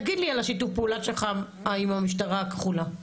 תגיד לי על שיתוף הפעולה שלך עם המשטרה הכחולה.